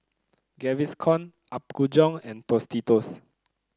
Gaviscon Apgujeong and Tostitos